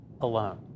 alone